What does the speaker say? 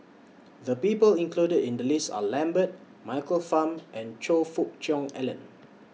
The People included in The list Are Lambert Michael Fam and Choe Fook Cheong Alan